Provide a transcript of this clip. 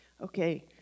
Okay